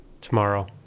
tomorrow